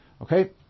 okay